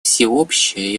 всеобщее